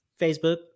Facebook